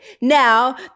Now